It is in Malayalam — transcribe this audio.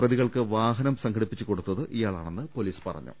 പ്രതികൾക്ക് വാഹനം സംഘടിപ്പിച്ചുകൊടുത്തത് ഇയാളാണെന്ന് പോലീസ് പറഞ്ഞു